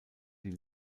die